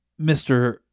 Mr